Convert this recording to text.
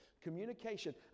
communication